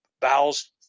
bowels